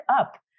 up